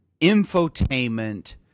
infotainment